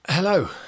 Hello